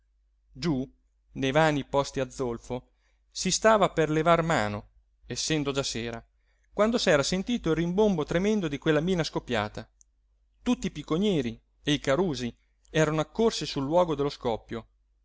giú nei vani posti a zolfo si stava per levar mano essendo già sera quando s'era sentito il rimbombo tremendo di quella mina scoppiata tutti i picconieri e i carusi erano accorsi sul luogo dello scoppio